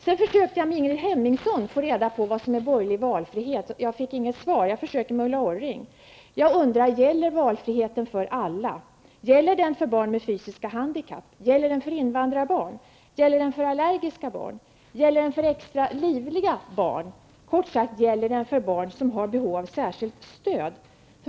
Jag försökte av Ingrid Hemmingsson få reda på vad som är borgerlig valfrihet, men jag fick inget svar. Jag försöker med Ulla Orring. Jag undrar: Gäller valfriheten för alla? Gäller den för barn med fysiska handikapp? Gäller den för invandrarbarn, gäller den för allergiska barn, gäller den för extra livliga barn -- kort sagt, gäller den för barn som har behov av särskilt stöd?